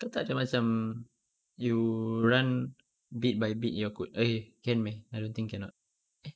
ke tak ke macam you run bit by bit your code eh can meh I don't think cannot eh